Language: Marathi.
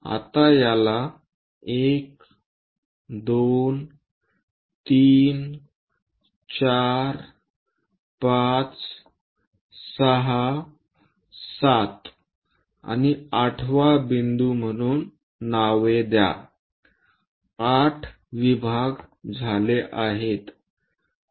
आता याला 1 2 3 4 5 6 7 आणि 8 व्या बिंदू म्हणून नावे द्या 8 विभाग झाले आहेत